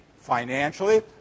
financially